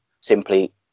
simply